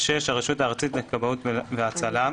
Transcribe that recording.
(6)הרשות הארצית לכבאות והצלה,